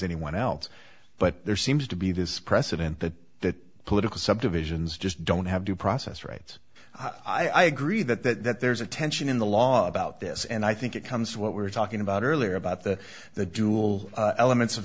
anyone else but there seems to be this precedent that that political subdivisions just don't have due process rights i agree that there's a tension in the law about this and i think it comes what we're talking about earlier about the the dual elements